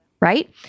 right